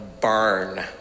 burn